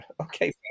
Okay